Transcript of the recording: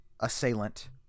assailant